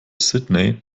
sydney